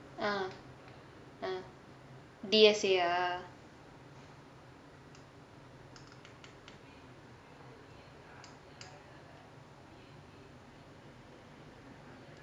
uh uh D_S_A ah